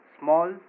Small